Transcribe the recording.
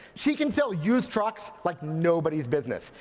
she can sell used trucks like nobody's business,